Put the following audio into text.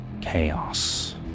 chaos